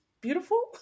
beautiful